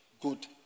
good